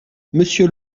monsieur